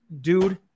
dude